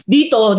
Dito